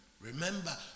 Remember